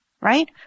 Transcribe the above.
right